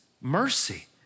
mercy